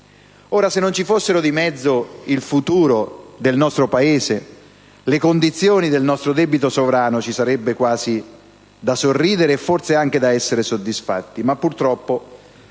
Ora, se non ci fossero di mezzo il futuro del nostro Paese, le condizioni del nostro debito sovrano, ci sarebbe quasi da sorridere e, forse, anche da essere soddisfatti. Ma purtroppo